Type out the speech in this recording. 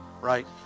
right